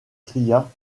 trias